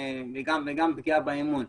וגם פגיעה באמון.